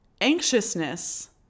anxiousness